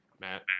Matt